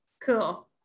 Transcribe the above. cool